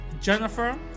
Jennifer